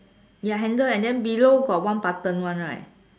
ya handle right then below got one button one right